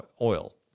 oil